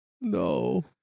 No